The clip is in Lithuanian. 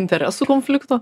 interesų konflikto